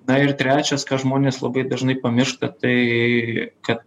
na ir trečias ką žmonės labai dažnai pamiršta tai kad